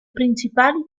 principali